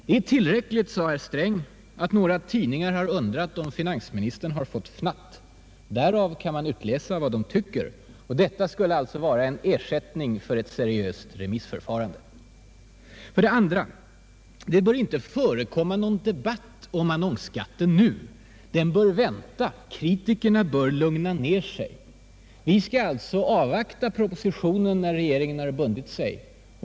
Det är tillräckligt, sade herr Sträng, att några tidningar undrat om herr finansministern har fått fnatt. Därav kan man utläsa vad de tycker. Detta skulle alltså vara en ersättning för ett seriöst remissförfarande. För det andra: Det bör inte förekomma någon debatt om annonsskatten nu. Den bör vänta. Kritikerna bör lugna ner sig. Vi skall alltså avvakta propositionen, när regeringen har bundit sig.